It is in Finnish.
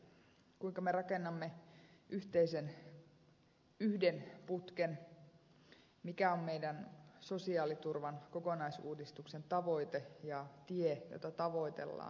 kuinka me rakennamme yhden yhteisen putken mikä on meidän sosiaaliturvamme kokonaisuudistuksen tavoite ja tie jota tavoitellaan